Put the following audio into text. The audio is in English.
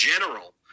general